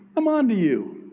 i'm on to you.